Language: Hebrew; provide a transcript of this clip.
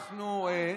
כהן.